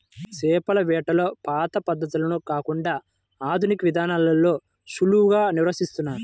చేపల వేటలో పాత పద్ధతులను కాకుండా ఆధునిక విధానాల్లోనే సులువుగా నిర్వహిస్తున్నారు